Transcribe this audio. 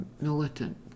militant